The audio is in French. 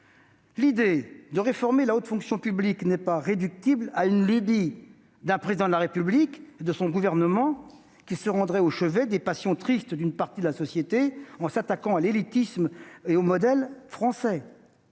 L'idée de réformer la haute fonction publique n'est pas réductible à une lubie d'un président de la République et de son gouvernement, qui se rendraient au chevet des passions tristes d'une partie de la société en s'attaquant à l'élitisme et au modèle français